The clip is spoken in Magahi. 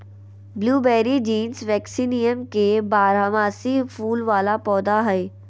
ब्लूबेरी जीनस वेक्सीनियम के बारहमासी फूल वला पौधा हइ